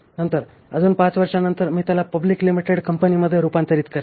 नंतर अजून पाच वर्षांनंतर मी त्याला पब्लिक लिमिटेड कंपनीमध्ये रूपांतरित करेल